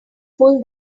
full